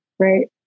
right